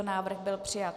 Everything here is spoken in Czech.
Návrh byl přijat.